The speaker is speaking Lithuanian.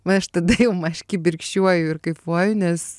va aš tada jau maš kibirkščiuoju ir kaifuoju nes